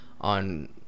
on